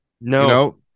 No